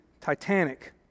Titanic